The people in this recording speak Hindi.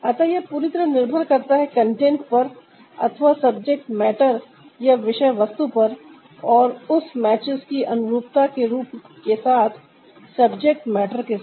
अतः यह पूरी तरह निर्भर करता है कंटेंट पर अथवा सब्जेक्ट मैटर या विषय वस्तु पर और उस मैचेस की अनुरूपता के रूप के साथ सब्जेक्ट मैटर के साथ